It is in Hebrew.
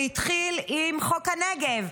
זה התחיל עם חוק הנגב,